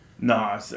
No